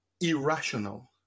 irrational